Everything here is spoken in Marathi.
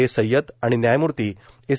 ए सय्यद आणि न्यायमूर्ती एस